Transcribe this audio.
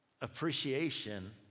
appreciation